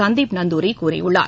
சந்தீப் நந்தூரி கூறியுள்ளார்